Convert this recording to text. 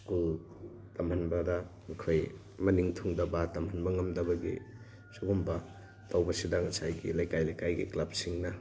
school ꯇꯝꯍꯟꯕꯗ ꯑꯩꯈꯣꯏ ꯃꯅꯤꯡ ꯊꯨꯡꯗꯕ ꯇꯝꯍꯟꯕ ꯉꯝꯗꯕꯒꯤ ꯁꯤꯒꯨꯝꯕ ꯇꯧꯕꯁꯤꯗ ꯉꯁꯥꯏꯒꯤ ꯂꯩꯀꯥꯏ ꯂꯩꯀꯥꯏꯒꯤ ꯀ꯭ꯂꯕꯁꯤꯡꯅ